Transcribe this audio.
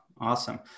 Awesome